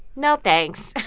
no thanks